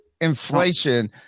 inflation